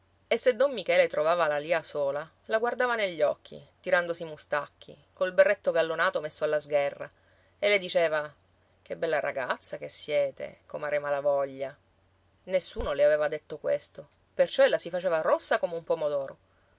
e se don michele trovava la lia sola la guardava negli occhi tirandosi i mustacchi col berretto gallonato messo alla sgherra e le diceva che bella ragazza che siete comare malavoglia nessuno le aveva detto questo perciò ella si faceva rossa come un pomodoro